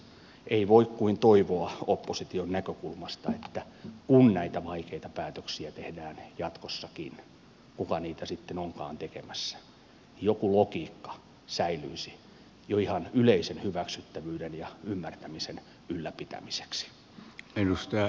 ei voi kuin toivoa opposition näkökulmasta että kun näitä vaikeita päätöksiä tehdään jatkossakin kuka niitä sitten onkaan tekemässä joku logiikka säilyisi jo ihan yleisen hyväksyttävyyden ja ymmärtämisen ylläpitämiseksi